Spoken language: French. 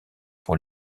pour